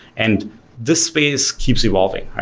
and this space keeps evolving,